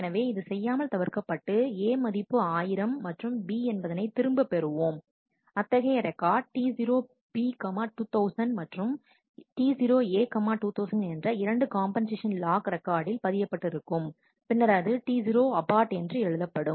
எனவே இது செய்யாமல் தவிர்க்கப்பட்டு A மதிப்பு ஆயிரம் மற்றும் B என்பதனை திரும்பப் பெறுவோம் அத்தகைய ரெக்கார்ட் T0 B 2000 மற்றும் T0 A 2000 என்ற இரண்டு காம்பன்சேஷன் லாக் ரெக்கார்டில் பதியப்பட்டு இருக்கும் பின்னர் அது T0 abort என்று எழுதப்படும்